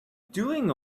doing